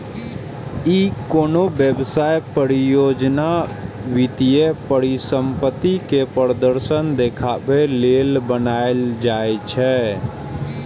ई कोनो व्यवसाय, परियोजना, वित्तीय परिसंपत्ति के प्रदर्शन देखाबे लेल बनाएल जाइ छै